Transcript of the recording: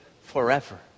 forever